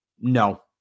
No